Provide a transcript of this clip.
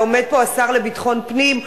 ועומד השר לביטחון פנים,